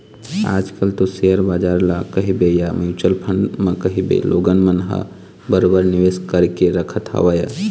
आज कल तो सेयर बजार ल कहिबे या म्युचुअल फंड म कहिबे लोगन मन ह बरोबर निवेश करके रखत हवय